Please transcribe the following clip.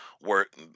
work